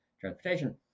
transportation